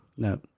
No